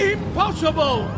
Impossible